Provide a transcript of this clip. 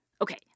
Okay